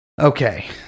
Okay